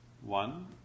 one